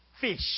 Fish